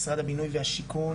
משרד הבינוי והשיכון,